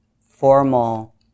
formal